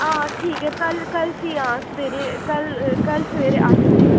हां ठीक ऐ कल्ल कल्ल फ्ही हां सवेरे कल्ल कल्ल सवेरे अट्ठ बजे